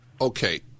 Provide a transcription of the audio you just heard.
Okay